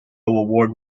award